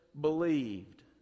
believed